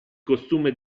costume